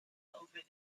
over